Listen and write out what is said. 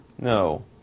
No